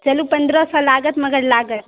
चलू पन्द्रह सए लागत मगर लागत